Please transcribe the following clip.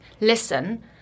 listen